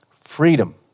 Freedom